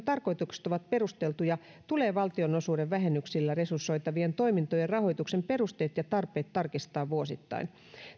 tarkoitukset ovat perusteltuja tulee valtionosuuden vähennyksillä resursoitavien toimintojen rahoituksen perusteet ja tarpeet tarkistaa vuosittain